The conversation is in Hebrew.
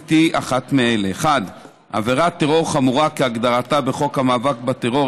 הכנסת היא אחת מאלה: (1) עבירת טרור חמורה כהגדרתה בחוק המאבק בטרור,